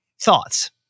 Thoughts